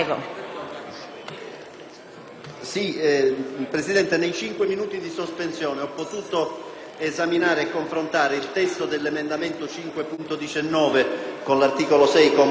Presidente, nei cinque minuti di sospensione ho potuto esaminare e confrontare il testo dell'emendamento 5.19 con l'articolo 6, comma 2,